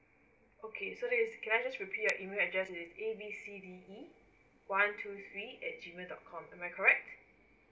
okay so that is can I just repeat your email address is A_B_C_D_E one two three at G mail dot com am I correct